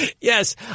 Yes